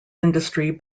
industry